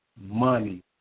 money